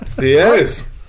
Yes